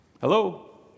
Hello